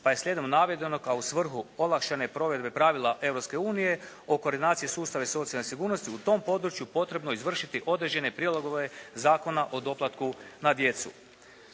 Pa je slijedom navedenog a u svrhu olakšane provedbe pravila Europske unije o koordinaciji sustava i socijalne sigurnosti u tom području potrebno izvršiti određene prilagodbe Zakona o doplatku na djecu.